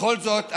בכל זאת,